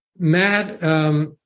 Matt